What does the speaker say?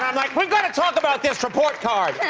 um like we gotta talk about this report card. and